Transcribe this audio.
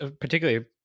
particularly